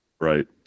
Right